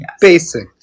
Basic